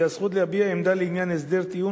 והזכות להביע עמדה לעניין הסדר טיעון